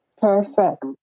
Perfect